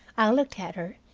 i looked at her,